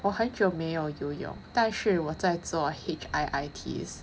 我很久没有游泳但是我在做 H_I_I_T